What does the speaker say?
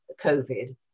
COVID